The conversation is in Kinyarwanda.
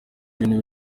ibintu